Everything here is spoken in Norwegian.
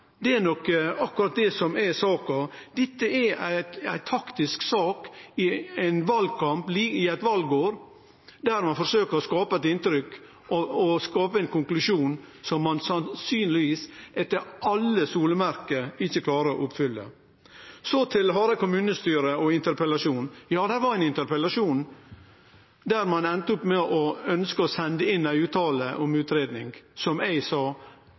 det er akkurat det som er saka. Dette er ei taktisk sak i eit valår, der ein forsøkjer å skape eit inntrykk og ein konklusjon som ein etter alle solemerke ikkje klarer å oppfylle. Så til Hareid kommunestyre og interpellasjonen. Ja, det var ein interpellasjon der ein enda opp med å ønskje å sende inn ei utsegn om utgreiing, som eg sa